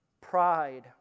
Pride